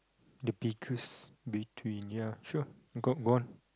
the biggest between ya sure go on go on